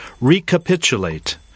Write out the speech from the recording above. recapitulate